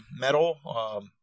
Metal